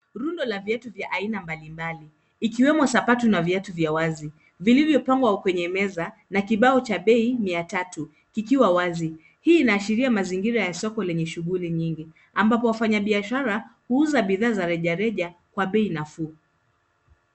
Rundo la viatu vya aina mbalimbali ikiwemo sapatu na viatu vya wazi vilivyopangwa kwenye meza na kibao cha bei mia tatu ikiwa wazi. Hii inaashiria mazingira ya soko lenye shughuli nyingi ambapo wafanyabiashara huuza bidhaa za rejareja kwa bei nafuu.